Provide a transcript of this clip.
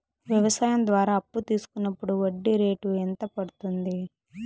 వ్యవసాయం ద్వారా అప్పు తీసుకున్నప్పుడు వడ్డీ రేటు ఎంత పడ్తుంది